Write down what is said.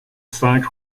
cinq